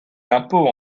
l’impôt